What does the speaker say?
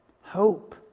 hope